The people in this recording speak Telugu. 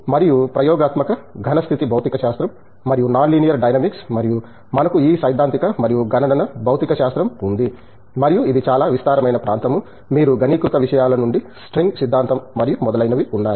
మరియు ప్రయోగాత్మక ఘన స్థితి భౌతికశాస్త్రం మరియు నాన్ లీనియర్ డైనమిక్స్ మరియు మనకు ఈ సైద్ధాంతిక మరియు గణన భౌతిక శాస్త్రం ఉంది మరియు ఇది చాలా విస్తారమైన ప్రాంతము మీరు ఘనీకృత విషయాల నుండి స్ట్రింగ్ సిద్ధాంతం మరియు మొదలైనవి ఉన్నాయి